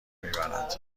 میبرد